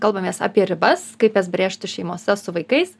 kalbamės apie ribas kaip jas brėžti šeimose su vaikais